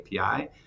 API